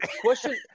question